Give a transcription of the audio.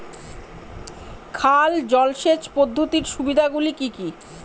খাল জলসেচ পদ্ধতির সুবিধাগুলি কি কি?